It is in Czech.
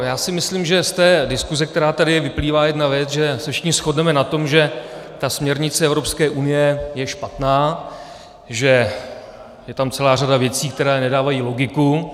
Já si myslím, že z té diskuse, která tady je, vyplývá jedna věc, že se všichni shodneme na tom, že ta směrnice Evropské unie je špatná, že je tam celá řada věcí, které nedávají logiku.